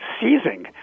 seizing